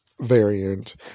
variant